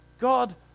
God